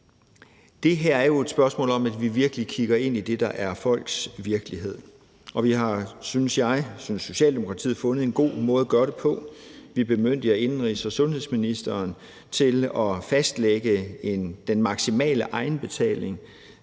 Det her er jo et spørgsmål om, at vi virkelig kigger ind i det, der er folks virkelighed. Og vi har, synes jeg og synes Socialdemokratiet, fundet en god måde at gøre det på. Vi bemyndiger indenrigs- og sundhedsministeren til at fastlægge den maksimale egenbetaling.